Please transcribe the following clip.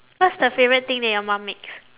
what's the favourite thing that your mum makes